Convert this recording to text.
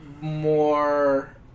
more